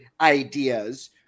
ideas